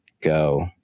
go